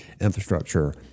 infrastructure